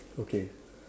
okay